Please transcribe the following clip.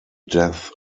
death